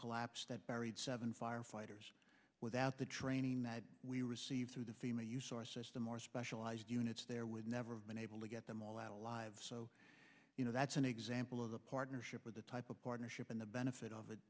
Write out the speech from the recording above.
collapse that buried seven firefighters without the training that we received through the fema use or system or specialized units there would never have been able to get them all out alive so you know that's an example of a partnership with the type of partnership and the benefit of